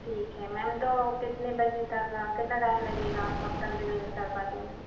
ठीक है मैम तो कितने बजे तक कितना टाइम लगेगा आप कब तक डिलीवर करवा दोगे